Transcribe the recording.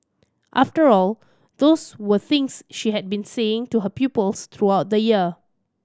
after all those were things she had been saying to her pupils throughout the year